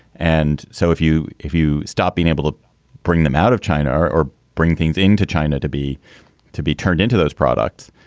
and so if you if you stop being able to bring them out of china or or bring things into china to be to be turned into those products,